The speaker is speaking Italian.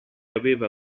aveva